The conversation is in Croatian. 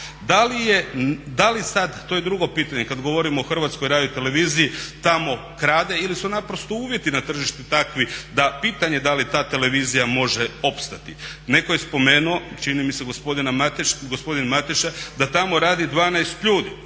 Da li sad, to je drugo pitanje, kad govorimo o HRT-u tamo krade ili su naprosto uvjeti na tržištu takvi da je pitanje da li ta televizija može opstati. Netko je spomenuo, čini mi se gospodin Mateša, da tamo radi 12 ljudi,